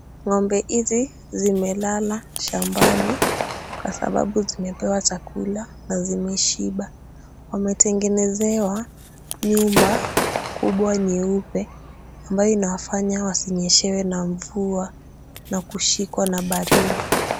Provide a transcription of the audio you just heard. Ng'ombe hizi zimelala shambani kwa sababu zimepewa chakula na zimeshiba. Wametengenezewa nyumba kubwa nyeupe ambayo inawafanya wasinyeshewe na mvua na kushikwa na baridi.